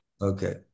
Okay